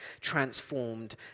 transformed